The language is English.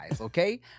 okay